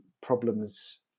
problems